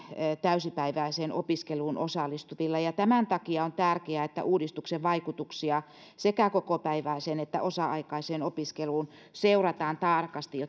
täysipäiväiseen opiskeluun osallistuvilla tämän takia on tärkeää että uudistuksen vaikutuksia sekä kokopäiväiseen että osa aikaiseen opiskeluun seurataan tarkasti